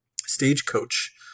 stagecoach